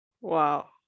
Wow